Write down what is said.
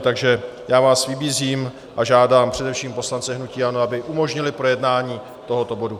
Takže já vás vybízím a žádám především poslance hnutí ANO, aby umožnili projednání tohoto bodu.